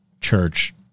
church